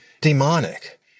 demonic